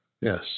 Yes